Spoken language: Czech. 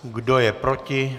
Kdo je proti?